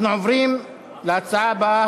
אנחנו עוברים להצעה הבאה,